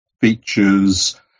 features